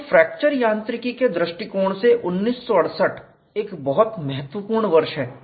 तो फ्रैक्चर यांत्रिकी के दृष्टिकोण से 1968 एक बहुत महत्वपूर्ण वर्ष है